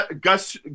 Gus